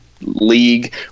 league